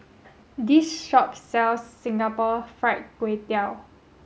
this shop sells Singapore fried Kway Tiao